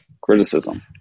criticism